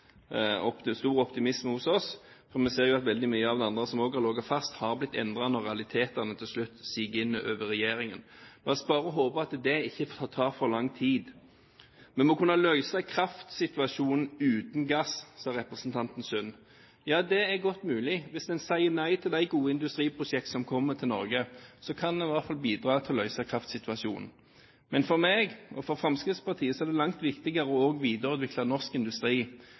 jo stor optimisme hos oss, for vi ser at veldig mye av det andre som også har ligget fast, har blitt endret når realitetene til slutt siger inn over regjeringen. La oss bare håpe at det ikke tar for lang tid. Vi må kunne løse kraftsituasjonen uten gass, sa representanten Sund. Ja, det er godt mulig. Hvis en sier nei til de gode industriprosjektene som kommer til Norge, kan en i hvert fall bidra til å løse kraftsituasjonen. Men for meg og for Fremskrittspartiet er det langt viktigere å videreutvikle norsk industri.